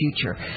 Future